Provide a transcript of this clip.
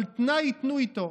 אבל תנאי התנו איתו,